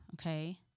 okay